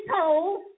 told